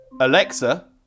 Alexa